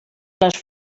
las